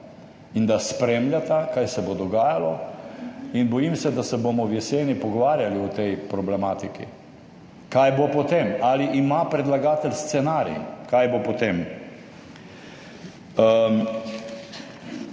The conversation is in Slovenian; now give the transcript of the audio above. in da spremljata kaj se bo dogajalo in bojim se, da se bomo v jeseni pogovarjali o tej problematiki. Kaj bo potem? Ali ima predlagatelj scenarij, kaj bo potem?